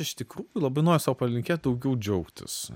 iš tikrųjų labai noriu sau palinkėt daugiau džiaugtis